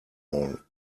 all